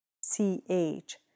C-H